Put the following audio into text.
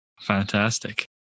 Fantastic